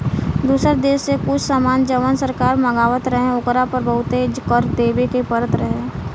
दुसर देश से कुछ सामान जवन सरकार मँगवात रहे ओकरा पर बहुते कर देबे के परत रहे